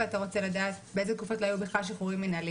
ואתה רוצה לדעת באיזה תקופות לא היו בכלל שחרורים מנהליים.